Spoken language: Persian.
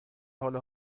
حال